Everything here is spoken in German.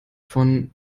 von